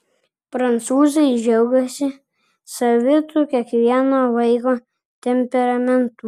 prancūzai džiaugiasi savitu kiekvieno vaiko temperamentu